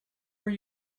were